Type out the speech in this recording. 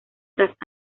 tras